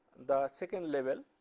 the second level,